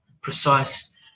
precise